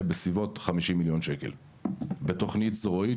בסביבות 50 מיליון שקל בתוכנית זרועית.